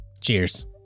Cheers